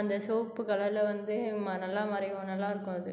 அந்த சிவப்பு கலரில் வந்து ம நல்லா மறையும் நல்லாயிருக்கும் அது